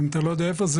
אם אתה לא יודע איפה זה,